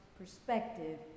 perspective